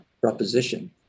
proposition